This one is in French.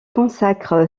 consacre